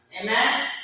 amen